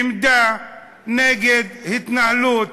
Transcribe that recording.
עמדה נגד התנהלות,